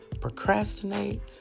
procrastinate